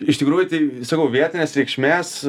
iš tikrųjų tai sakau vietinės reikšmės